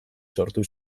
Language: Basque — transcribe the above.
sortu